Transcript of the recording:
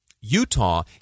Utah